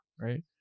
right